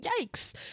yikes